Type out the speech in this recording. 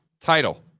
Title